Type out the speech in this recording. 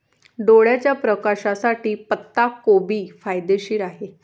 डोळ्याच्या प्रकाशासाठी पत्ताकोबी फायदेशीर आहे